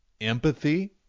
empathy